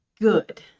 good